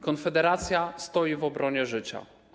Konfederacja stoi w obronie życia.